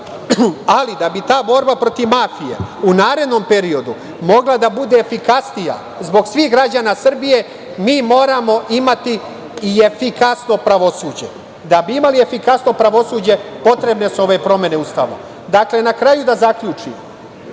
Ali, da bi ta borba protiv mafije u narednom periodu mogla da bude efikasnije zbog svih građana Srbije, mi moramo imati i efikasno pravosuđe. Da bi imali efikasno pravosuđe potrebne su ove promene Ustava. Dakle, da zaključim